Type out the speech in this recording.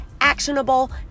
actionable